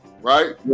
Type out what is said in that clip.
right